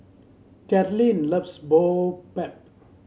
Carlyn loves Boribap